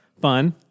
fun